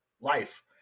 life